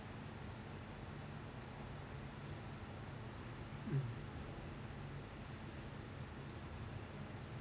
mm